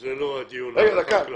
זה לא הדיון על החקלאות.